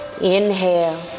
Inhale